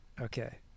Okay